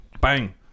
Bang